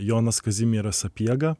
jonas kazimieras sapiega